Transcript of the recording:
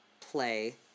play